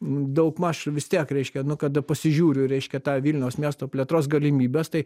daugmaž vis tiek reiškia nu kada pasižiūriu reiškia tą vilniaus miesto plėtros galimybes tai